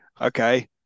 Okay